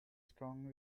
strong